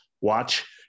watch